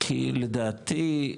כי לדעתי,